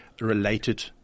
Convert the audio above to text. related